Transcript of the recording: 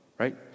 right